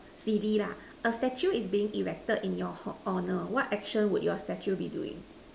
silly lah a statue is being erected in your ho~ honour what action would your statue be doing